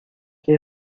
qué